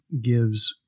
gives